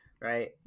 right